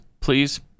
please